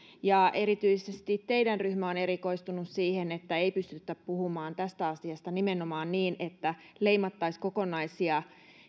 erityisesti teidän ryhmänne on erikoistunut siihen että ei pystytä puhumaan tästä asiasta nimenomaan niin että ei leimattaisi kokonaisia